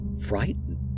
Frightened